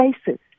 spaces